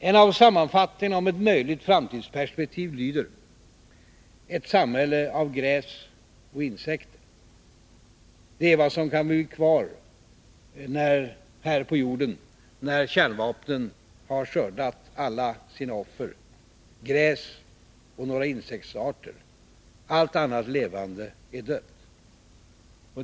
En av sammanfattningarna av ett möjligt framtidsperspektiv lyder: ”Ett samhälle av gräs och insekter.” Det är vad som kan bli kvar här på jorden när kärnvapnen har skördat alla sina offer — gräs och några insektsarter. Allt annat levande är dött.